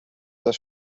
das